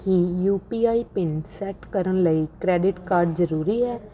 Ki U P I pin set ਕਰਨ ਲਈ credit card ਜ਼ਰੂਰੀ ਹੈ